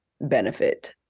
benefit